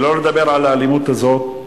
שלא לדבר על האלימות הזאת.